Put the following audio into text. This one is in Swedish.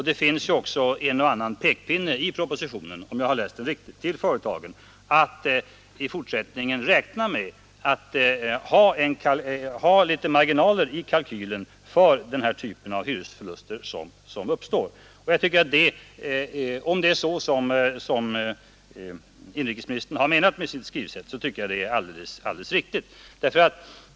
Det finns också i propositionen en och annan pekpinne till företagen att i fortsättningen kalkylera med marginaler för den här typen av hyresförluster. Om det är vad inrikesministern har menat med sitt skrivsätt så tycker jag det är alldeles riktigt.